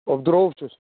عبدل روٗف چھُس